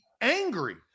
angry